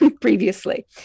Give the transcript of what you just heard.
previously